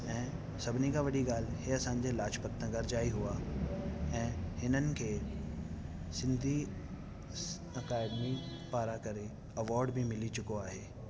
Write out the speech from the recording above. ऐं सभिनी खां वॾी ॻाल्हि इहे असांजा लाजपतनगर जा ई हुआ ऐं हिननि खे सिंधी स अकेडिमी पारां करे अवॉर्ड बि मिली चुको आहे